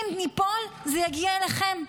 אם ניפול זה יגיע אליכם,